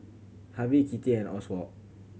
Harvie Kitty and Oswald